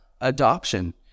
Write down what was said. adoption